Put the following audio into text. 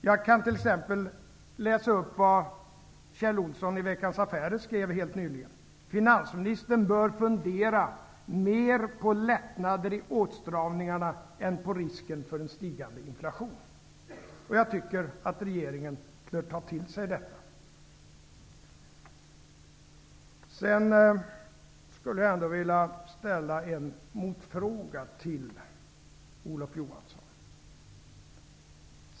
Jag kan t.ex. läsa upp vad Kjell Olsson helt nyligen skrev i Veckans Affärer: Finansministern bör fundera mer på lättnader i åtstramningarna än på risken för en stigande inflation. Jag tycker att regeringen bör ta till sig detta. Sedan skulle jag ändå vilja ställa en motfråga till Olof Johansson.